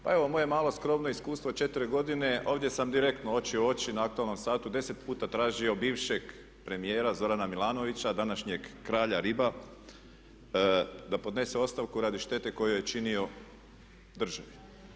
Pa evo moje malo skromno iskustvo od četiri godine ovdje sam direktno oči u oči na aktualnom satu 10 puta tražio bivšeg premijera Zorana Milanovića, današnjeg kralja riba, da podnese ostavku radi štete koju je činio državi.